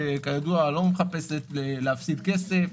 שכידוע לא מחפשת להפסיד כסף,